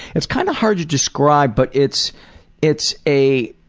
it's kind of hard to describe, but it's it's a,